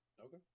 Okay